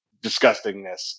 disgustingness